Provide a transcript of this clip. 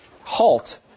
halt